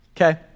okay